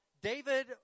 David